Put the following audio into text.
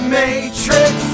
matrix